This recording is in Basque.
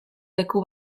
leku